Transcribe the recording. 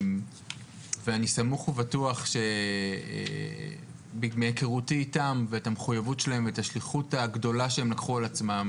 ואני סמוך ובטוח מהיכרותי איתם ואת המחויבות והשליחות שהם לקחו על עצמם